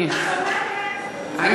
בבקשה.